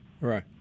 Right